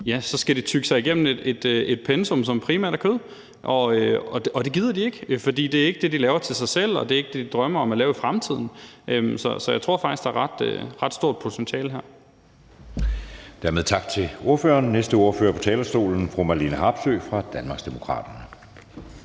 de så skal tygge sig igennem et pensum, som primært er kød, og det gider de ikke, for det er ikke det, de laver til sig selv, og det er ikke det, de drømmer om at lave i fremtiden. Så jeg tror faktisk, der er ret stort potentiale her.